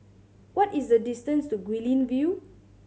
what is the distance to Guilin View